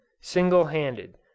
single-handed